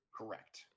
Correct